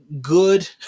good